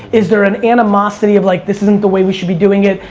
is there an animosity of like, this isn't the way we should be doing it?